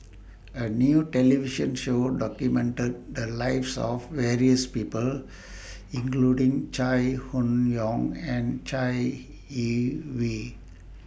A New television Show documented The Lives of various People including Chai Hon Yoong and Chai Yee Wei